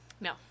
No